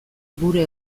gure